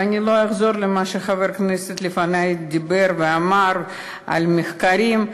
ואני לא אחזור על מה שחבר הכנסת לפני דיבר ואמר על המחקרים,